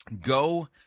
go